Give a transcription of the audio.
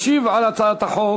ישיב על הצעת החוק